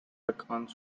accounts